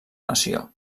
nació